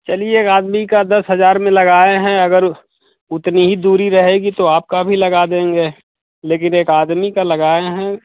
चलिए एक आदमी का दस हजार में लगाए हैं अगर उतनी ही दूरी रहेगी तो आपका भी लगा देंगे लेकिन एक आदमी का लगाए हैं